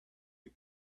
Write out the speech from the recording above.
you